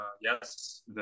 yes